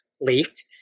leaked